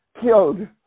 killed